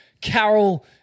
Carol